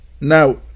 Now